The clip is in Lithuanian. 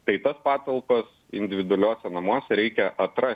taip pat patalpas individualiuose namuose reikia atrast